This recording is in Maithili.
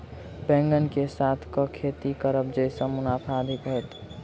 बैंगन कऽ साथ केँ खेती करब जयसँ मुनाफा अधिक हेतइ?